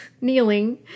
kneeling